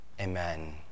Amen